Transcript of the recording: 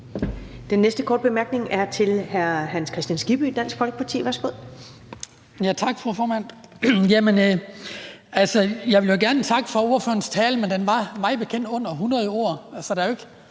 Den næste korte bemærkning er til hr. Hans Kristian Skibby, Dansk Folkeparti. Værsgo. Kl. 14:51 Hans Kristian Skibby (DF): Tak, fru formand. Jeg ville gerne takke for ordførerens tale, men den var mig bekendt under 100 ord,